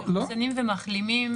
המודל הזה: